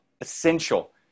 essential